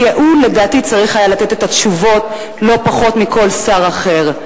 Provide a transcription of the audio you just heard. כי הוא לדעתי צריך היה לתת את התשובות לא פחות מכל שר אחר.